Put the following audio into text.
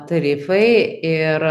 tarifai ir